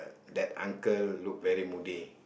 that uncle look very moody